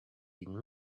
been